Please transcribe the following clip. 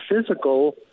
physical